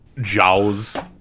Jaws